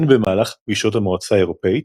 הן במהלך פגישות המועצה האירופית